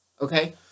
Okay